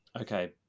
Okay